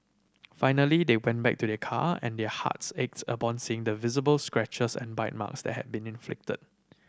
finally they went back to their car and their hearts aches upon seeing the visible scratches and bite marks that had been inflicted